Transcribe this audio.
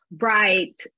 right